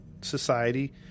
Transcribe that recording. society